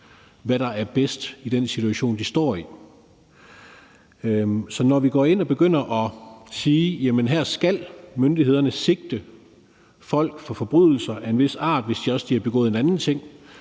hvad der er bedst i den situation, de står i. Så når vi går ind og begynder at sige, at her skal myndighederne sigte folk for forbrydelser af en vis art, hvis også de har begået en anden ting,